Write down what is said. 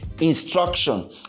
Instruction